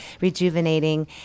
rejuvenating